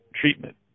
treatment